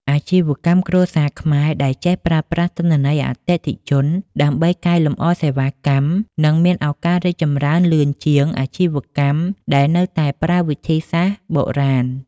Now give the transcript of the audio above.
អាជីវកម្មគ្រួសារខ្មែរដែលចេះប្រើប្រាស់ទិន្នន័យអតិថិជនដើម្បីកែលម្អសេវាកម្ម នឹងមានឱកាសរីកចម្រើនលឿនជាងអាជីវកម្មដែលនៅតែប្រើវិធីសាស្ត្របុរាណ។